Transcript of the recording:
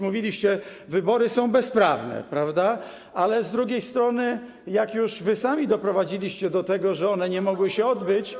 Mówiliście: wybory są bezprawne, ale z drugiej strony, jak już sami doprowadziliście do tego, że one nie mogły się odbyć.